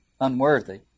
unworthy